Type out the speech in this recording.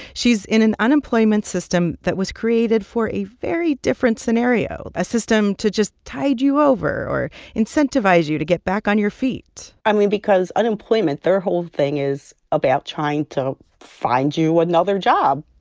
she's in an unemployment system that was created for a very different scenario, a system to just tide you over or incentivize you to get back on your feet i mean, because unemployment, their whole thing is about trying to find you another job